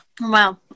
Wow